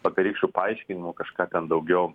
vakarykščių paaiškinimų kažką ten daugiau